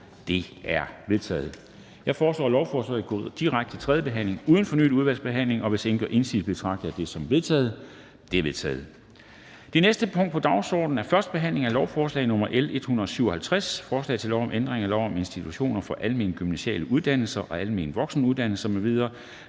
De er vedtaget. Jeg foreslår, at lovforslaget går direkte til tredje behandling uden fornyet udvalgsbehandling, og hvis ingen gør indsigelse, betragter jeg det som vedtaget. Det er vedtaget. --- Det næste punkt på dagsordenen er: 10) 1. behandling af lovforslag nr. L 157: Forslag til lov om ændring af lov om institutioner for almengymnasiale uddannelser og almen voksenuddannelse m.v.,